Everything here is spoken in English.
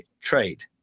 trade